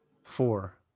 four